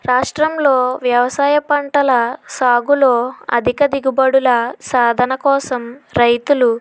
రాష్ట్రంలో వ్యవసాయ పంటల సాగులో అధిక దిగుబడుల సాధన కోసం రైతులు